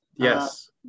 Yes